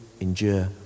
endure